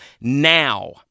Now